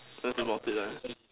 don't talk about it ah